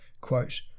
quote